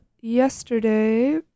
Yesterday